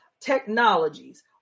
technologies